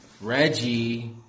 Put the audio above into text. Reggie